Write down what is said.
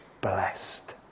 blessed